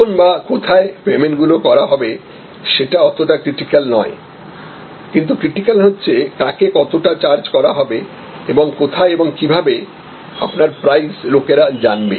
কখনবা কোথায় পেমেন্ট গুলো করা হবে সেটা অতটা ক্রিটিকাল নয় কিন্তু ক্রিটিক্যাল হচ্ছে কাকে কতটা চার্জ করা হবে এবং কোথায় এবং কিভাবে আপনার প্রাইস লোকেরা জানবে